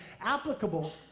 applicable